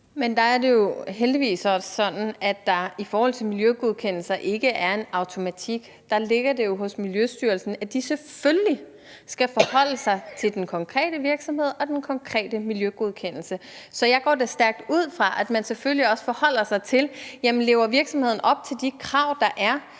Men der er det jo heldigvis også sådan, at der i forhold til miljøgodkendelser ikke er en automatik. Der ligger det jo hos Miljøstyrelsen, at de selvfølgelig skal forholde sig til den konkrete virksomhed og den konkrete miljøgodkendelse. Så jeg går da stærkt ud fra, at man selvfølgelig også forholder sig til, om virksomheden lever op til de krav, der er,